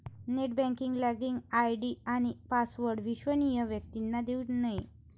net banking login ID आणि password अविश्वसनीय व्यक्तींना देऊ नये